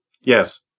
Yes